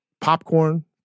popcorn